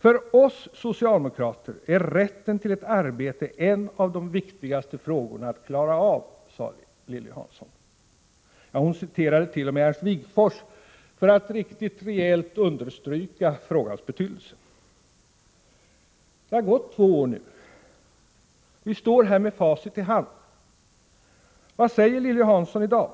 För oss socialdemokrater är rätten till ett arbete en av de viktigaste frågorna att klara av, sade Lilly Hansson. Hon citerade t.o.m. Ernst Wigforss för att riktigt rejält understryka frågans betydelse. Det har gått två år nu. Vi står här med facit i hand. Vad säger Lilly Hansson i dag?